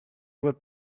would